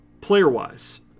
Player-wise